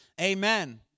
Amen